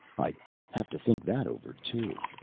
i'd have to think that over too.